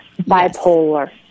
bipolar